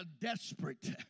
desperate